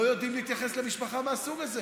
לא יודעים להתייחס למשפחה מהסוג הזה.